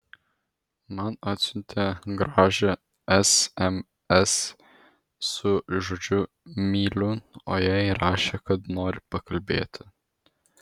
man atsiuntė gražią sms su žodžiu myliu o jai rašė kad nori pakalbėti